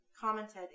commented